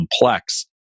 complex